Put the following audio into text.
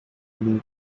league